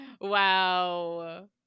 Wow